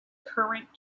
current